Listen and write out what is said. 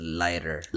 lighter